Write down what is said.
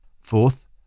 Fourth